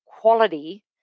quality